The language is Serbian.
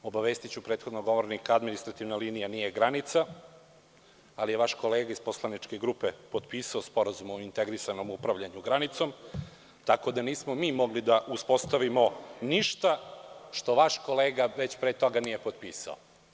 Obavestiću prethodnog govornika da administrativna linija nije granica, ali je vaš kolega iz poslaničke grupe potpisao Sporazum o integrisanom upravljanju granicom, tako da nismo mi mogli da uspostavimo ništa što vaš kolega već pre toga nije potpisao.